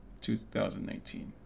2019